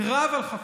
קרב על חפותו,